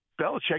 Belichick